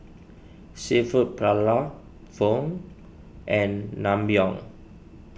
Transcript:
Seafood Paella Pho and Naengmyeon